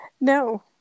No